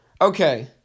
okay